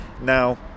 Now